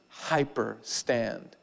hyperstand